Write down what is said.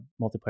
multiplayer